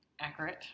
Accurate